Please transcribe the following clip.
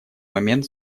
момент